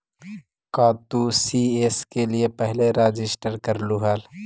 का तू सी.एस के लिए पहले रजिस्टर करलू हल